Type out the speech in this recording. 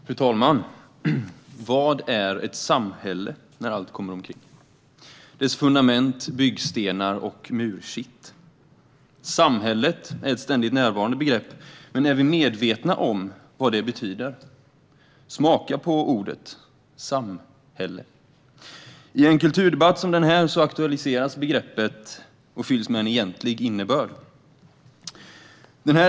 Fru talman! Vad är ett samhälle när allt kommer omkring? Vad är dess fundament, byggstenar och kitt? Samhället är ett ständigt närvarande begrepp, men är vi medvetna om vad det betyder? Smaka på ordet: sam-hälle. I en kulturdebatt som den här aktualiseras begreppet och fylls med en egentlig innebörd.